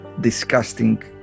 disgusting